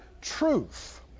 truth